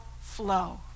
flow